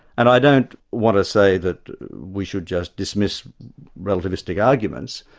and i don't want to say that we should just dismiss relativistic arguments,